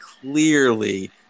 clearly